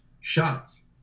shots